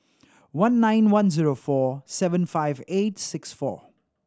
one nine one zero four seven five eight six four